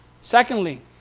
Secondly